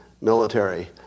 military